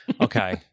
Okay